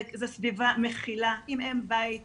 זה סביבה מכילה עם אם בית עוטפת.